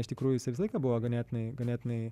iš tikrųjų jisai visą laiką buvo ganėtinai ganėtinai